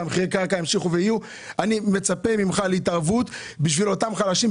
אני מצפה ממך להתערבות בשביל אותם חלשים,